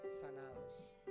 sanados